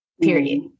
period